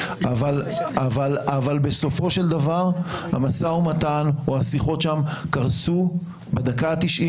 אבל בסופו של דבר המשא-ומתן או השיחות שם קרסו בדקה ה-90,